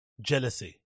jealousy